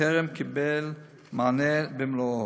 שטרם קיבל מענה במלואו.